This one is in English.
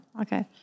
Okay